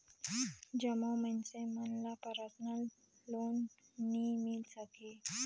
जम्मो मइनसे ल परसनल लोन नी मिल सके